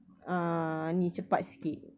uh ni cepat sikit